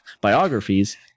Biographies